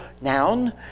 noun